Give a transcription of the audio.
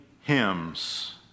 hymns